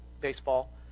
baseball